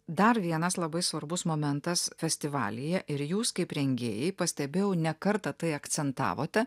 dar vienas labai svarbus momentas festivalyje ir jūs kaip rengėjai pastebėjau ne kartą tai akcentavote